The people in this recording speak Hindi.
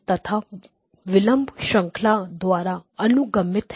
तथा विलंब श्रंखला द्वारा अनु गमित है